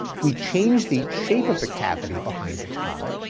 we change the shape of the cavity behind the tongue,